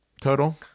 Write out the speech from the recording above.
total